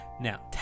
Now